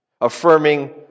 affirming